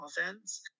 offense